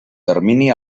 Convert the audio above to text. termini